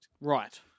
right